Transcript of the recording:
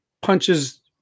punches